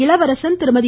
இளவரசன் திருமதி